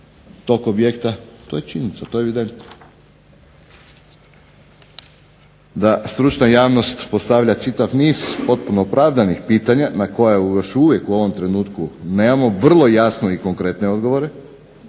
tog objekta. To je činjenica, to je evidentno. Da, stručna javnost postavlja čitav niz potpuno opravdanih pitanja na koja još uvijek u ovom trenutku nemamo vrlo jasno i konkretne odgovore